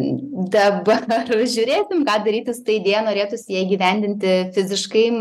dabar žiūrėsim ką daryti su ta idėja norėtųsi ją įgyvendinti fiziškai